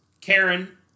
Karen